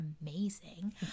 amazing